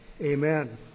Amen